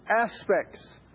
aspects